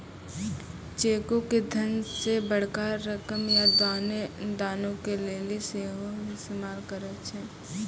चेको के धन के बड़का रकम या दानो के लेली सेहो इस्तेमाल करै छै